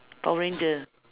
power ranger